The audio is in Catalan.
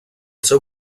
seu